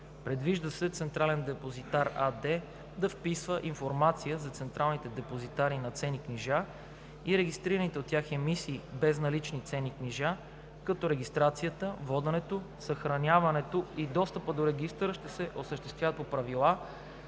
Предвижда се „Централен депозитар“ АД да вписва информация за централните депозитари на ценни книжа и регистрираните от тях емисии безналични ценни книжа, като регистрацията, воденето, съхраняването и достъпът до регистъра ще се осъществяват по правила,